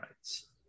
rights